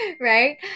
right